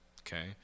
Okay